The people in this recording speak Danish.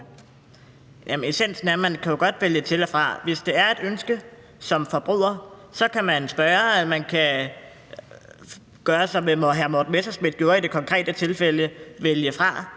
at man jo godt kan vælge til eller fra. Hvis det er et ønske som forbruger, kan man spørge, og man gøre, som hr. Morten Messerschmidt gjorde i det konkrete tilfælde, nemlig vælge fra.